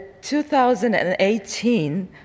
2018